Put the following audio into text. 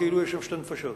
כאילו יש שם שתי נפשות.